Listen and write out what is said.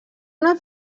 una